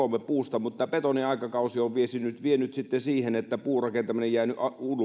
talomme puusta mutta betoniaikakausi on vienyt sitten siihen että puurakentaminen on jäänyt